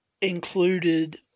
included